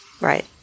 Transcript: Right